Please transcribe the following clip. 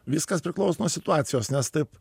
viskas priklauso nuo situacijos nes taip